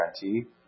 guarantee